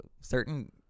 certain